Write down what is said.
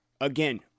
again